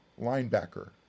linebacker